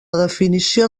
definició